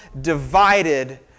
divided